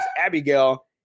Abigail